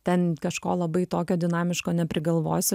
ten kažko labai tokio dinamiško neprigalvosi